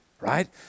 right